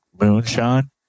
moonshine